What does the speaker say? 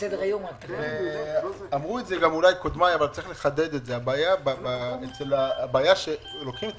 אני רוצה לחדד הבעיה שלוקחים את